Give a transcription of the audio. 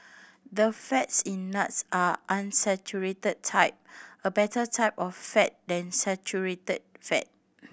the fats in nuts are unsaturated type a better type of fat than saturated fat